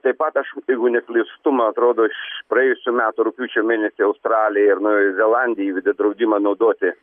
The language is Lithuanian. taip pat aš jeigu neklystu man atrodo iš praėjusių metų rugpjūčio mėnesį australija ir naujoji zelandija įvedė draudimą naudoti